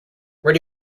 where